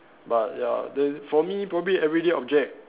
but ya then for me probably everyday project